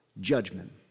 judgment